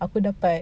aku dapat